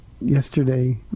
yesterday